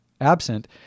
absent